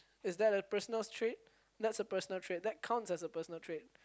is that a personal trait that's a personal trait that counts as a personal trait